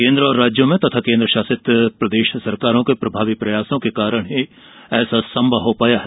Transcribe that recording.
केंद्र और राज्यों में तथा केन्द्र शासित प्रदेश सरकारों के प्रभावी प्रयासों के कारण ऐसा संभव हो पाया है